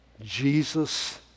Jesus